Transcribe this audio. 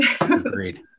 Agreed